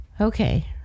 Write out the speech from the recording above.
Okay